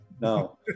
No